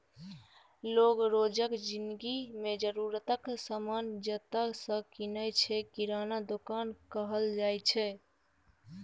लोक रोजक जिनगी मे जरुरतक समान जतय सँ कीनय छै किराना दोकान कहल जाइ छै